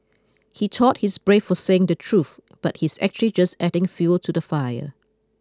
he thought he's brave for saying the truth but he's actually just adding fuel to the fire